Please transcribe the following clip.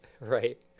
Right